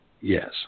yes